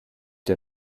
der